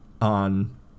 on